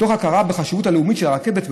אני מצטט מתוך תשובתו של השר ארדן,